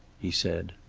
he said.